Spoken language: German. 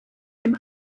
dem